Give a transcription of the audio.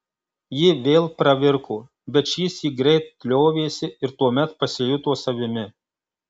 ji vėl pravirko bet šįsyk greit liovėsi ir tuomet pasijuto savimi